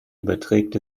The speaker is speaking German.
überträgt